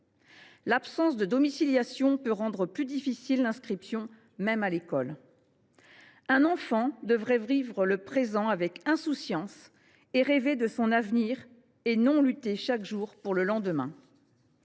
L’absence de domiciliation peut rendre plus difficile l’inscription même à l’école. Un enfant devrait vivre le présent avec insouciance et rêver de son avenir, et non lutter chaque jour pour le lendemain.